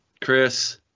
Chris